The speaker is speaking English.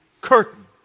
curtain